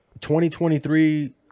2023